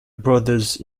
brothers